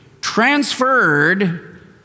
transferred